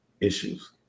issues